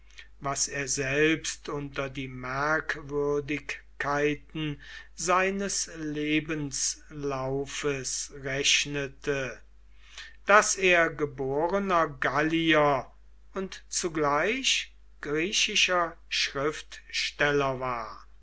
was er selbst unter die merkwürdigkeiten seines lebenslaufes rechnete daß er geborener gallier und zugleich griechischer schriftsteller war